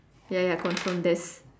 ya ya confirm there's